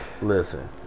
Listen